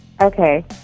Okay